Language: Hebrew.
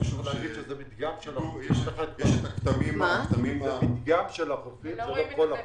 שזה מדגם של החופים, זה לא כל החופים.